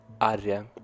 Arya